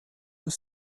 your